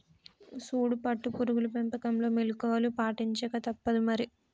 సూడు పట్టు పురుగుల పెంపకంలో మెళుకువలు పాటించక తప్పుదు మరి